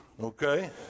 Okay